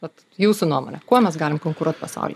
vat jūsų nuomone kuo mes galim konkuruot pasauly